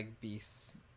beasts